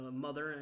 mother